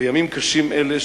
בימים קשים אלה,